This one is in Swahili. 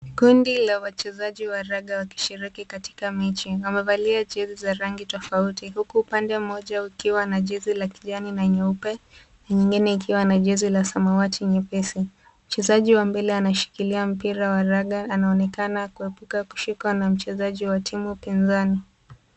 Kundi ya wachezaji wa raga wakishiriki katika mechi. Wamevalia jezi za rangi tofauti huku upande mmoja ukiwa na jezi ya kijani na nyeupe n ingine ikiwa na samawati nyepesi. Mchezaji wa mbele anashikilia mpira wa raga anaonekana kuepuka kushikwa na mchezaji wa timu pinzani.